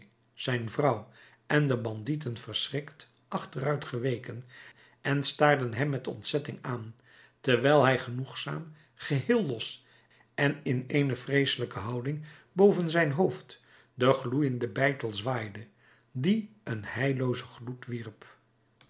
zijn vrouw en de bandieten verschrikt achteruit geweken en staarden hem met ontzetting aan terwijl hij genoegzaam geheel los en in eene vreeselijke houding boven zijn hoofd den gloeienden beitel zwaaide die een heilloozen gloed wierp